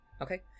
Okay